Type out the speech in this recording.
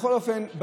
בכל אופן,